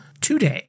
today